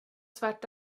svart